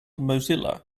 mozilla